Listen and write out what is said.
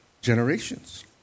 generations